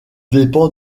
dépend